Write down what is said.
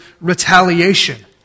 retaliation